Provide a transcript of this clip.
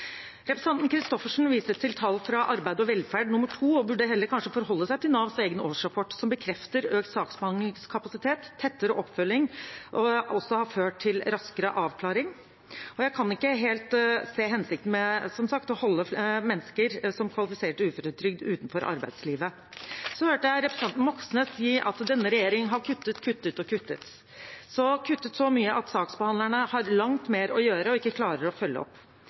Christoffersen viser til tall fra Arbeid og velferd nr. 2. Hun burde kanskje heller forholde seg til Navs egen årsrapport, som bekrefter at økt saksbehandlingskapasitet og tettere oppfølging også har ført til raskere avklaring. Jeg kan som sagt ikke helt se hensikten med å holde mennesker som kvalifiserer til uføretrygd, i uvisshet om arbeidslivet. Så hørte jeg representanten Moxnes si at denne regjeringen har kuttet, kuttet og kuttet – kuttet så mye at saksbehandlerne har langt mer å gjøre og ikke klarer å følge opp.